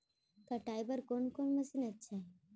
कटाई बर कोन कोन मशीन अच्छा हे?